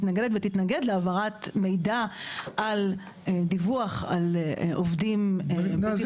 מתנגדת ותתנגד להעברת מידע על דיווח על עובדים בלתי